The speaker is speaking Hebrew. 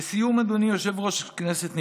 לסיום, אדוני היושב-ראש, כנסת נכבדה,